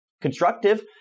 constructive